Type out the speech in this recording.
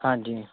ਹਾਂਜੀ